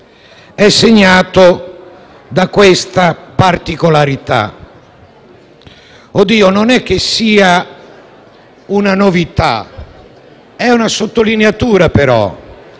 è segnata da questa particolarità. Oddio, non è che sia una novità, è una sottolineatura, però.